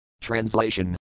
Translation